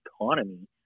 economy